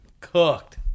Cooked